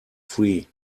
free